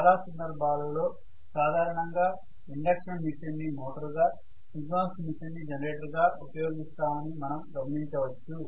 చాలా సందర్భాలలో సాధారణంగా ఇండక్షన్ మెషీన్ ని మోటారుగా సింక్రోనస్ మెషీన్ ని జనరేటర్గా ఉపయోగిస్తామని మనం గమనించవచ్చు